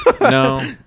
no